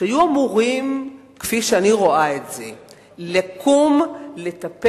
שהיו אמורים, כפי שאני רואה את זה, לקום ולטפל,